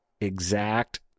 exact